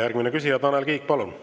Järgmine küsija, Tanel Kiik, palun!